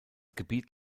gebiet